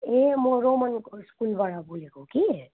ए म रोमनको स्कुलबाट बोलेको कि